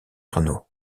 renault